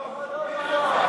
לא לא.